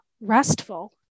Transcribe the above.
restful